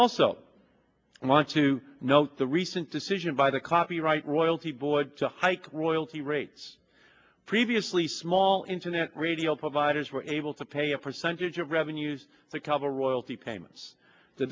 also want to note the recent decision by the copyright royalty void to hike royalty rates previously small internet radio providers were able to pay a percentage of revenues to cover royalty payments the